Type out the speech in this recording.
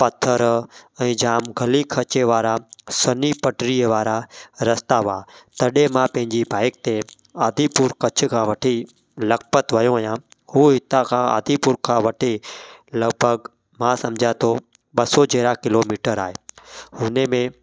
पथर ऐं जाम खली खचे वारा सन्ही पटिरीअ वारा रस्ता हुआ तॾहिं मां पंहिंजी बाइक ते आदिपुर कच्छ खां वठी लखपत वियो आहियां हू हितां खां आदिपुर खां वठी लॻभॻि मां सम्झा थो ॿ सो जहिड़ा किलोमीटर आहे हुन में